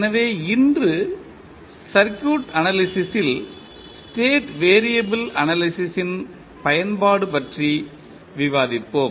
எனவே இன்று circuit analysis ல் ஸ்டேட் வெறியபிள் அனாலிசிஸ் ன் பயன்பாடு பற்றி விவாதிப்போம்